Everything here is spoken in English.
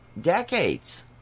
decades